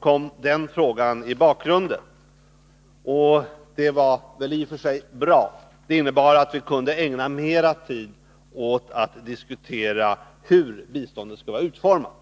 kom den frågan i bakgrunden, och det var väl i och för sig bra. Det innebar att vi kunde ägna mera tid åt att diskutera hur biståndet skall vara utformat.